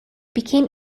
became